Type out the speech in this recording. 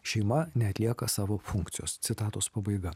šeima neatlieka savo funkcijos citatos pabaiga